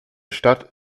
stadt